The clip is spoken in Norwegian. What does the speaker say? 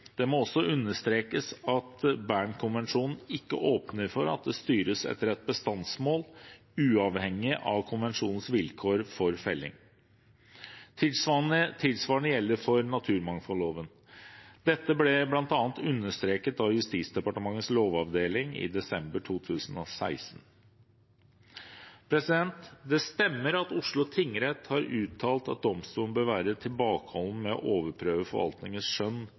Det må også understrekes at Bernkonvensjonen ikke åpner for at det styres etter et bestandsmål, uavhengig av konvensjonens vilkår for felling. Tilsvarende gjelder for naturmangfoldloven. Dette ble bl.a. understreket av Justisdepartementets lovavdeling i desember 2016. Det stemmer at Oslo tingrett har uttalt at domstolen bør være tilbakeholden med å overprøve forvaltningens skjønn